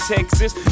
Texas